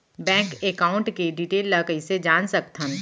Bank account के detail ल कइसे जान सकथन?